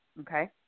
okay